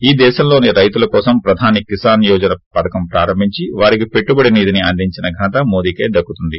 ఈ దేశంలో రైతుల కోసం ప్రధాని కిసాన్ యోజన పధకం ప్రారంభించి వారికి పెట్టుబడి నిధిని అందించిన ఘనత మోదికే దక్కుతుంది